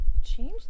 Change